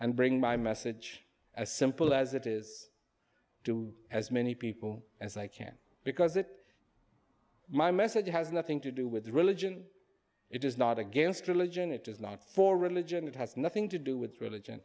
and bring my message as simple as it is to as many people as i can because it my message has nothing to do with religion it is not against religion it is not for religion it has nothing to do with religion